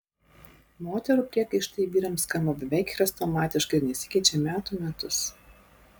moterų priekaištai vyrams skamba beveik chrestomatiškai ir nesikeičia metų metus